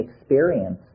experience